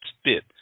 spit